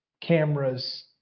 cameras